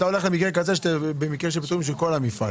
אתה הולך למקרה כזה של פיטורים של כל המפעל.